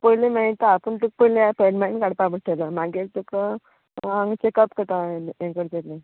पयलीं मेळटा पूण तुका पयली अपोंयंटमेंट काडपा पडटलो मागीर तुका आमी चॅकअप करपा हें करतली